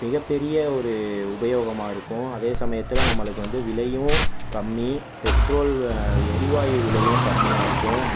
மிகப்பெரிய ஒரு உபயோகமாக இருக்கும் அதே சமயத்தில் நம்மளுக்கு வந்து விலையும் கம்மி பெட்ரோல் எரிவாயு விலையும் கம்மியாக இருக்கும்